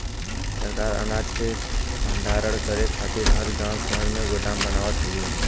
सरकार अनाज के भण्डारण करे खातिर हर गांव शहर में गोदाम बनावत हउवे